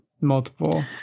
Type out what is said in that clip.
multiple